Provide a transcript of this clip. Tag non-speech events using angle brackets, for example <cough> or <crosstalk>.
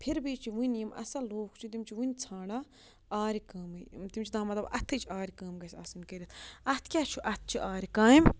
پھِر بھی چھِ وٕنہِ یِم اَصٕل لوٗکھ چھِ تِم چھِ وٕنہِ ژھانٛڈان آرِ کٲمٕے تِم چھِ <unintelligible> مطلب اَتھٕچ آرِ کٲم گژھِ آسٕنۍ کٔرِتھ اَتھ کیاہ چھُ اَتھ چھِ آرِ کامہِ